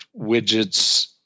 widgets